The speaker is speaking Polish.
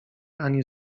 anii